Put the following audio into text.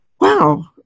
wow